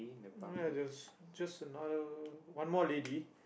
just just another one more lady